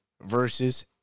versus